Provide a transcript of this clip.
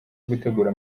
gutegura